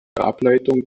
ableitung